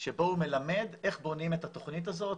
שבו הוא מלמד איך בונים את התוכנית הזאת,